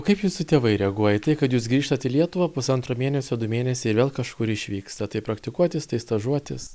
o kaip jūsų tėvai reaguoja į tai kad jūs grįžtat į lietuvą pusantro mėnesio du mėnesiai ir vėl kažkur išvykstat tai praktikuotis tai stažuotis